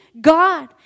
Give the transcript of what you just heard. God